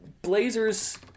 Blazers